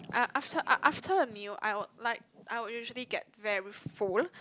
I after I after a meal I will like I will usually get very full